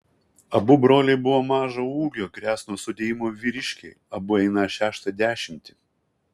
abu broliai buvo mažo ūgio kresno sudėjimo vyriškiai abu einą šeštą dešimtį